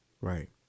Right